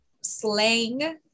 slang